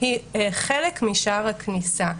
היא חלק משער הכניסה.